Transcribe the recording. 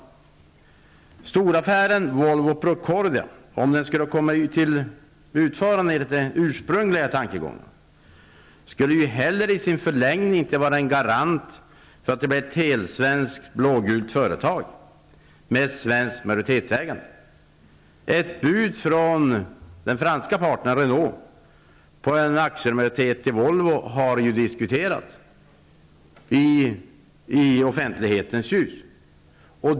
Om storaffären mellan Volvo och Procordia skulle komma till utförande enligt de ursprungliga tankegångarna, skulle den i sin förlängning inte heller vara en garant för att det blev ett helsvenskt, blågult företag, med svenskt majoritetsägande. Ett bud från den franske partnern, Renault, på en aktiemajoritet i Volvo har diskuterats i offentlighetens ljus.